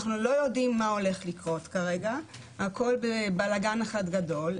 הם אמרו שהם לא יודעים מה הולך לקרות כרגע כי היה בלגאן גדול,